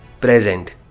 present